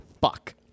fuck